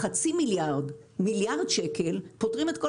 חצי מיליארד-מיליארד שקלים פותרים את כל